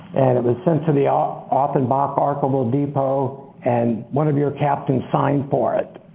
and it was sent to the ah offenbach archival depot and one of your captains signed for it.